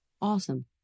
Awesome